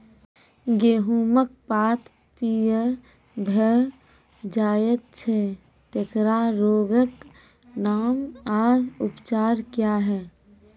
गेहूँमक पात पीअर भअ जायत छै, तेकरा रोगऽक नाम आ उपचार क्या है?